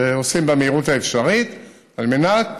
שעושים במהירות האפשרית על מנת